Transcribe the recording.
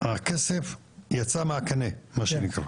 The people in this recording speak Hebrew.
אומר --- הכסף יצא מהקנה, מה שנקרא.